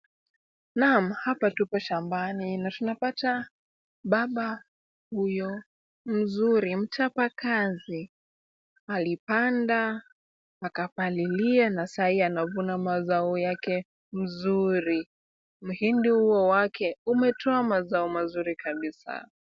Naam hapa tuko shambani na tunapata baba huyo mzuri mchapakazi, alipanda, akapalilia na sai anavuna mazao yake mzuri. Mhindi huo wake umetoa mazao mazuri kabisa.